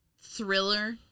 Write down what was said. thriller